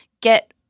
get